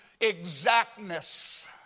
exactness